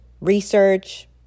research